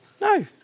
No